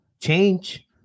Change